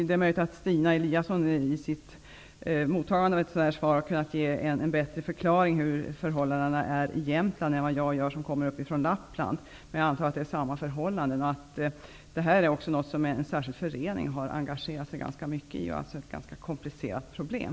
Det är möjligt att Stina Eliasson, om hon hade tagit emot svaret, hade kunnat ge en bättre förklaring av förhållandena i Jämtland än vad jag, som kommer från Lappland, kan göra. Jag antar att förhållandena är desamma på båda håll. Detta är ett ganska komplicerat problem, som en särskild förening har intresserat sig för.